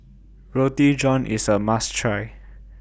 Roti John IS A must Try